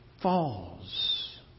falls